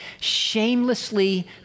Shamelessly